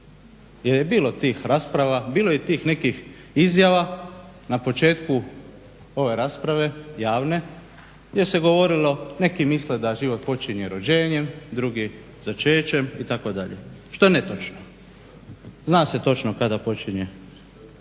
Jer je bilo tih rasprava, bilo je tih nekih izjava na početku ove rasprave javne gdje se govorilo neki misle da život počinje rođenjem, drugi začećem itd. Što je netočno. Zna se točno kada počinje ili